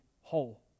whole